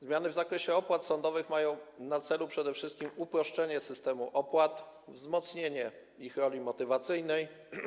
Zmiany w zakresie opłat sądowych mają na celu przede wszystkim uproszczenie systemu opłat, wzmocnienie ich roli motywacyjnej.